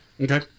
Okay